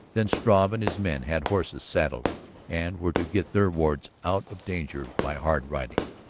then struve and his men had horses saddled and were to get their wards out of danger by hard riding.